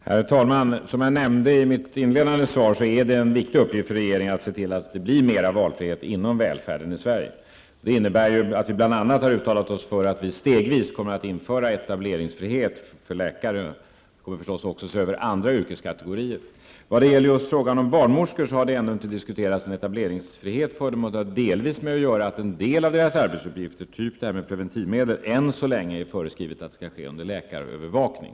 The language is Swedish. Herr talman! Som jag nämnde i mitt frågesvar är det en viktig uppgift för regeringen att se till att det blir mer av valfrihet inom välfärden i Sverige. Det innebär att vi bl.a. har uttalat oss för att vi stegvis kommer att införa etableringsfrihet för läkare. Vi kommer förstås också att se över villkoren för andra yrkeskategorier. Frågan om etableringsfrihet för just barnmorskor har ännu inte diskuterats. Detta har delvis att göra med att en del av deras arbetsuppgifter, exempelvis förskrivningen av preventivmedel, än så länge skall ske under läkarövervakning.